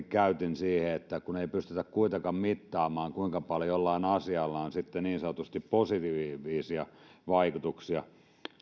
käytin siihen kun ei pystytä kuitenkaan mittaamaan kuinka paljon jollain asialla on sitten niin sanotusti positiivisia vaikutuksia